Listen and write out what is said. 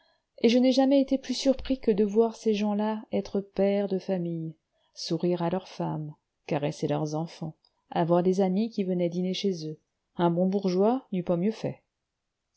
et je n'ai jamais été plus surpris que de voir ces gens-là être pères de famille sourire à leurs femmes caresser leurs enfants avoir des amis qui venaient dîner chez eux un bon bourgeois n'eût pas mieux fait